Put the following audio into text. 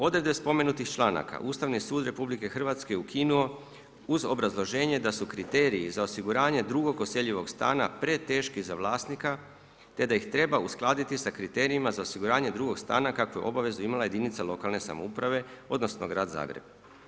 Odredbe spomenutih članaka Ustavni sud RH je ukinu uz obrazloženje da su kriteriji za osiguranje drugog useljivog stana preteški za vlasnika, te da ih treba uskladiti sa kriterijima za osiguranje drugog stana kakvu je obavezu imala jedinica lokalne samouprave odnosno grad Zagreb.